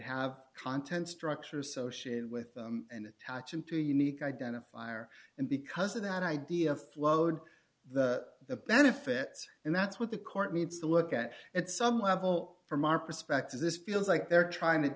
have contents structure associated with them and attach them to unique identifier and because of that idea flowed the benefits and that's what the court needs to look at at some level from our perspective this feels like they're trying to